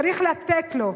צריך לתת לו,